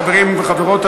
חברים וחברות,